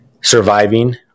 surviving